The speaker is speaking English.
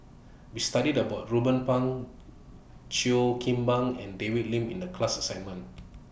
We studied about Ruben Pang Cheo Kim Ban and David Lim in The class assignment